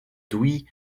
douy